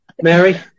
Mary